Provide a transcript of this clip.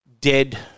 dead